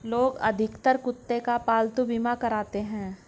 लोग अधिकतर कुत्ते का पालतू बीमा कराते हैं